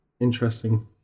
interesting